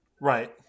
right